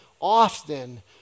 often